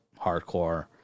hardcore